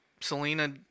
Selena